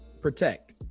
protect